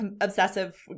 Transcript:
obsessive